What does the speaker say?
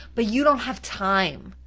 but you don't have time.